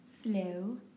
slow